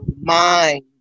mind